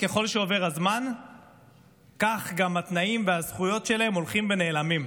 ככל שעובר הזמן כך גם התנאים והזכויות שלהם הולכים ונעלמים.